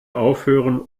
aufhören